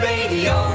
Radio